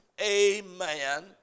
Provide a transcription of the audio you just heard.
amen